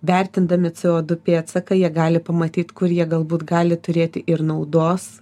vertindami co du pėdsaką jie gali pamatyt ku jie galbūt gali turėti ir naudos